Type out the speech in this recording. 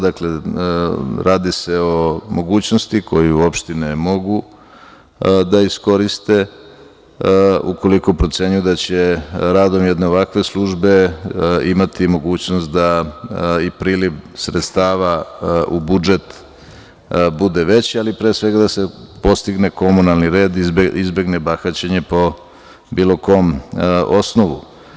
Dakle, radi se o mogućnosti koju opštine mogu da iskoriste, ukoliko procenjuju da će radom jedne ovakve službe imati mogućnost da i priliv sredstava u budžet bude veći, ali pre svega, da se postigne komunalni red i izbegne bahaćenje po bilo kom osnovu.